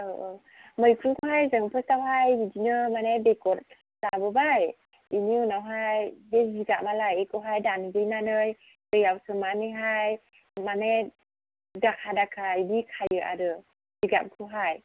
औ औ मैखुनखौहाय जों फासआवहाय बिदिनो मानि बेगर लाबोबाय बेनि उनावहाय बे जिगाबालाय बेखौहाय दानग्लिनानै दैयाव सोमनानैहाय मानि दाखा दाखा इदि खायो आरो जिगाबखौहाय